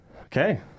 Okay